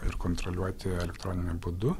ir kontroliuoti elektroniniu būdu